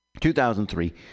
2003